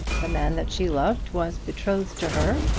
the man that she loved was betrothed to her,